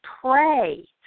pray